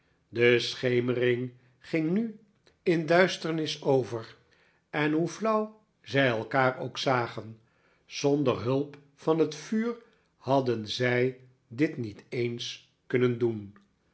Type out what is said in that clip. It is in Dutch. de schemering ging nu in duisternis over en hoe flauw zij elkaar ook zagen zonder de hulp van het vuur hadden zij dit niet eens kunnen doen